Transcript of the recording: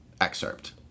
excerpt